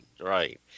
Right